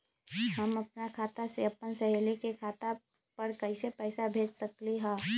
हम अपना खाता से अपन सहेली के खाता पर कइसे पैसा भेज सकली ह?